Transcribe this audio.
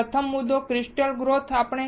તેથી પ્રથમ મુદ્દો ક્રિસ્ટલ ગ્રોથ છે